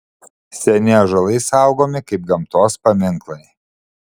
seni ąžuolai saugomi kaip gamtos paminklai